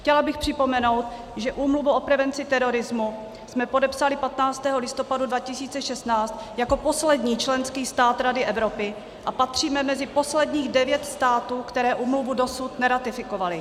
Chtěla bych připomenout, že Úmluvu o prevenci terorismu jsme podepsali 15. listopadu 2016 jako poslední členský stát Rady Evropy a patříme mezi posledních devět států, které úmluvu dosud neratifikovaly.